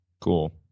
Cool